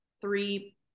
three